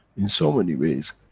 in so many ways,